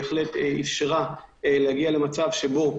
בהחלט איפשרה להגיע למצב שבו,